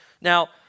Now